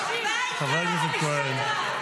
מעולם לא נרצחו כל כך הרבה אנשים.